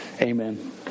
Amen